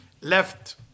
left